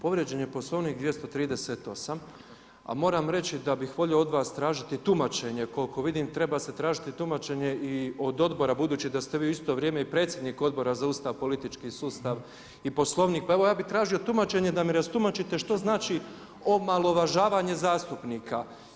Povrijeđen je poslovnik 238. a moram reći, da bi volio od vas tražiti tumačenje koliko vidim, treba se tumačenje i od odbora, budući da ste vi u isto vrijeme i predsjednik Odbora za Ustav, politički sustav i Poslovnik, pa evo, ja bi tražio tumačenje, da mi rastumačite što znači omalovažavanje zastupnika.